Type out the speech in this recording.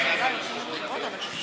אתה מתנה.